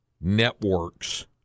networks